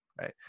right